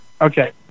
Okay